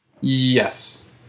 Yes